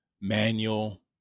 manual